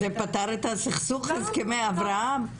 זה פתר את הסכסוך הסכמי אברהם?